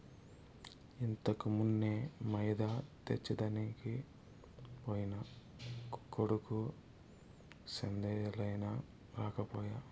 ఇంతకుమున్నే మైదా తెచ్చెదనికి పోయిన కొడుకు సందేలయినా రాకపోయే